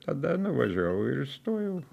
tada nuvažiavau ir įstojau